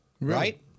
Right